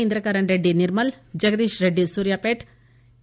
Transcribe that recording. Indrakaran Reddy Nirmal Jagadish Reddy Suryapet T